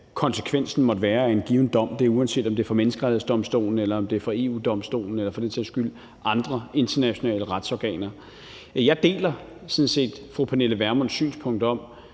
konsekvensen måtte være af en given dom. Det er, uanset om det er fra Menneskerettighedsdomstolen, om det er fra EU-Domstolen, eller for den sags skyld fra andre internationale retsorganer. Jeg deler sådan set fru Pernille Vermunds synspunkt,